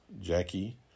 Jackie